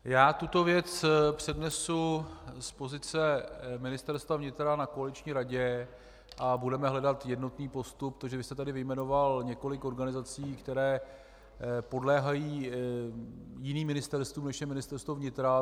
Já tuto věc přednesu z pozice Ministerstva vnitra na koaliční radě a budeme hledat jednotný postup, protože vy jste tady vyjmenoval několik organizací, které podléhají jiným ministerstvům, než je Ministerstvo vnitra.